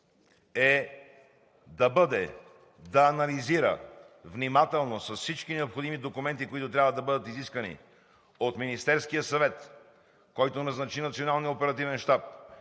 задачи е да анализира внимателно с всички необходими документи, които трябва да бъдат изискани от Министерския съвет, който назначи Националния оперативен щаб,